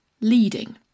leading